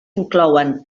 inclouen